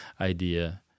idea